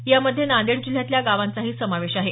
यामध्ये नांदेड जिल्ह्यातल्या गावांचाही समावेश आहे